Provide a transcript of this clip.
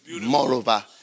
Moreover